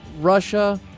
russia